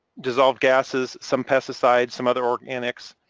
dissolved gases, some pesticides, some other organics,